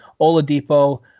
Oladipo